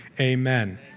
amen